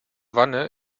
wanne